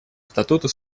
статуту